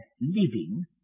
living